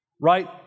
Right